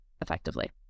effectively